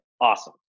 Awesome